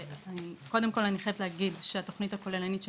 קודם כל אני חייבת להגיד שהתוכנית הכוללנית של